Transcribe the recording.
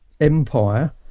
empire